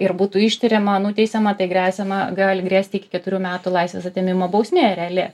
ir būtų ištiriama nuteisiama tai gresiama gali grėsti iki keturių metų laisvės atėmimo bausmė reali